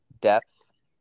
depth